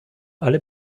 alle